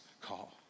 call